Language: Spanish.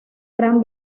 gran